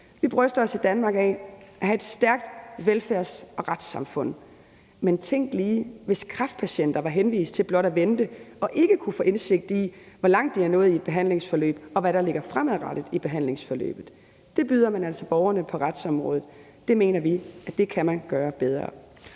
Vi bryster os i Danmark af at have et stærkt velfærds- og retssamfund, men tænk lige, hvis kræftpatienter var henvist til blot at vente og ikke kunne få indsigt i, hvor langt de var nået i et behandlingsforløb, og hvad der lå fremadrettet i behandlingsforløbet. Det byder man altså borgerne på retsområdet, og det mener vi man kan gøre bedre.